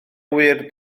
ŵyr